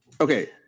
Okay